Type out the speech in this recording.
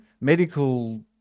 medical